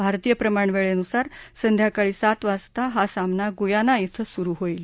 भारतीय प्रमाण वेळेनुसार संध्याकाळी सात वाजता हा सामना गुयाना धिं सुरु होईल